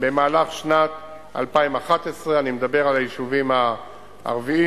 במהלך שנת 2011. אני מדבר על היישובים הערביים,